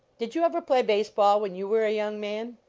did you ever play base-ball when you were a young man?